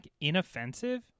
inoffensive